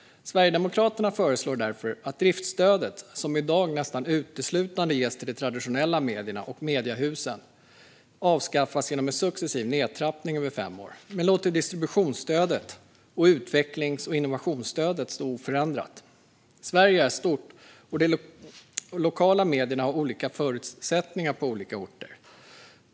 Sverigedemokraterna föreslår därför att driftsstödet, som i dag nästan uteslutande ges till de traditionella medierna och mediehusen, avskaffas genom en successiv nedtrappning över fem år men att man låter distributionsstödet och utvecklings och innovationsstödet stå oförändrat. Sverige är stort, och de lokala medierna har olika förutsättningar på olika orter.